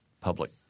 public